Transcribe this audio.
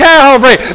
Calvary